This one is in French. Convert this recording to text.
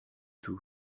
tout